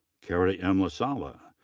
carrie m. lasala.